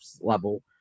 level